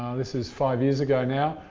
um this is five years ago now.